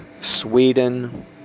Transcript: Sweden